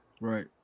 Right